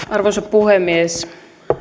arvoisa puhemies